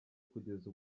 kugeza